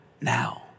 now